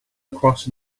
across